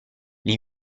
gli